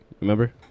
Remember